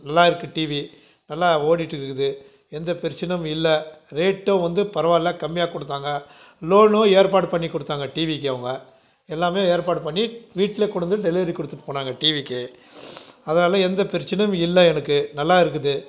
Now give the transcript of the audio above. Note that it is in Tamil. நல்லாயிருக்கு டிவி நல்லா ஓடிகிட்டு இருக்குது எந்த பிரச்சினையும் இல்லை ரேட்டும் வந்து பரவாயில்ல கம்மியாக கொடுத்தாங்க லோனும் ஏற்பாடு பண்ணி கொடுத்தாங்க டிவிக்கு அவங்க எல்லாமே ஏற்பாடு பண்ணி வீட்டில் கொண்டு வந்து டெலிவரி கொடுத்துட்டு போனாங்க டிவிக்கு அதனால் எந்த பிரச்சினையும் இல்லை எனக்கு நல்லாயிருக்குது